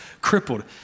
crippled